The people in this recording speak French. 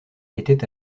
était